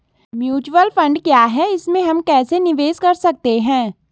Mutual fund क्या है इसमें हम कैसे निवेश कर सकते हैं?